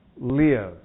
live